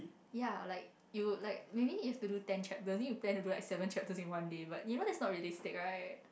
ya like you like maybe you have to do ten chapters then you plan to do like seven chapters in one day but you know that's not realistic right